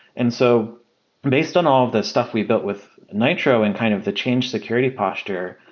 and so based on all of the stuff we built with nitro and kind of the change security posture,